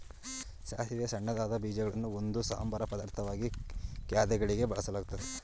ಸಾಸಿವೆಯ ಸಣ್ಣದಾದ ಬೀಜಗಳನ್ನು ಒಂದು ಸಂಬಾರ ಪದಾರ್ಥವಾಗಿ ಖಾದ್ಯಗಳಿಗೆ ಬಳಸಲಾಗ್ತದೆ